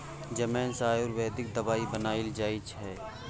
जमैन सँ आयुर्वेदिक दबाई बनाएल जाइ छै